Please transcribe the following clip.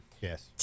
Yes